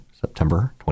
September